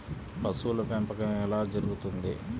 పశువుల పెంపకం ఎలా జరుగుతుంది?